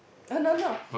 err no no